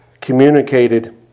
communicated